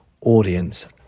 audience